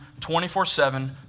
24-7